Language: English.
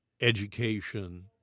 education